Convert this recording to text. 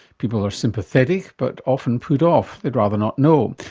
people are sympathetic, but often put off, they'd rather not know.